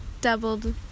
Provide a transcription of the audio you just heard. doubled